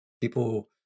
People